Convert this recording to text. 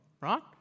right